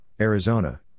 Arizona